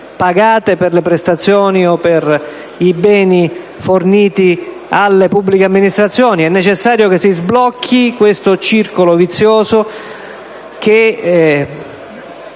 pagate per le prestazioni o per i beni forniti alle pubbliche amministrazioni. È necessario che si sblocchi questo circolo vizioso, che